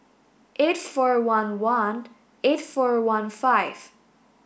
eight four one one eight four one five